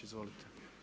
Izvolite.